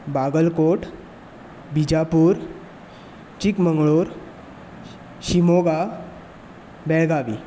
Bagalkot Bijapur Chikmagalur Shimoga Belagavi